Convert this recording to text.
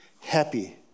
happy